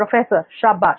professor शाबाश